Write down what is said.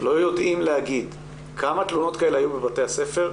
לא יודעים לומר כמה תלונות כאלה היו בבתי הספר,